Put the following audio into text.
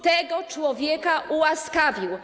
Tego człowieka ułaskawił.